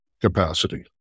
capacity